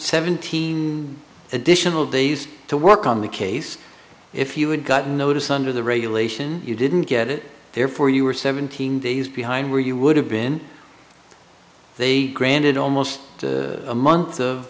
seventeen additional days to work on the case if you would got notice under the regulation you didn't get it therefore you were seventeen days behind where you would have been they granted almost a month of